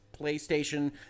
playstation